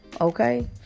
Okay